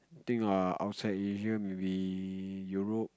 think uh outside Asia maybe Europe